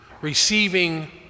receiving